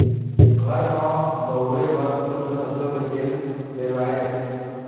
घर म बउरे बर सुद्ध सरसो के तेल पेरवाए जाथे